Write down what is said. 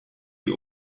die